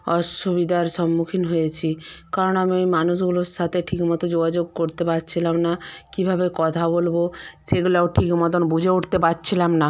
অসুবিদার সন্মুখীন হয়েছি কারণ আমি ওই মানুষগুলোর সাতে ঠিকমতো যোগাযোগ করতে পারছিলাম না কীভাবে কথা বলবো সেগুলাও ঠিক মতোন বুঝে উঠতে পারছিলাম না